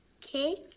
Cake